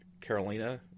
Carolina –